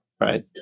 right